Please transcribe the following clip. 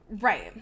Right